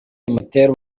bimutera